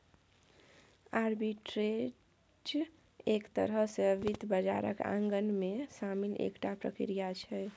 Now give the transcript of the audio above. arbitrage एक तरह सँ वित्त बाजारक अंगमे शामिल एकटा प्रक्रिया छै